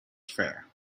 fair